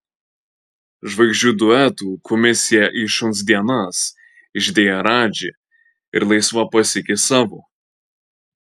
žvaigždžių duetų komisiją į šuns dienas išdėję radži ir laisva pasiekė savo